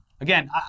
Again